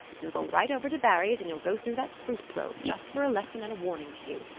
you'll go right over to barry's, and you'll go through that spruce grove, just for a lesson and a warning to you.